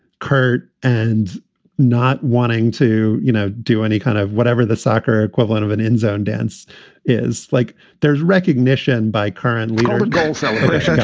curt, and not wanting to, you know, do any kind of whatever the soccer equivalent of an end zone dance is like there's recognition by current leader. and so